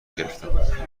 گرفتم